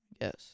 Yes